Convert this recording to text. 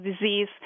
disease